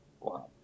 wow